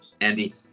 andy